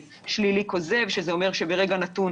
שלילי כוזב שזה אומר שברגע נתון,